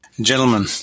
Gentlemen